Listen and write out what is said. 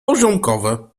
poziomkowe